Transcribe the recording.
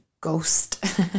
ghost